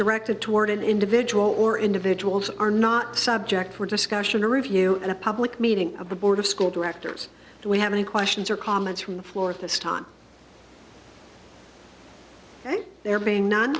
directed toward an individual or individuals are not subject for discussion or review in a public meeting of the board of school directors and we have any questions or comments from the floor at this time they're being non